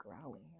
growling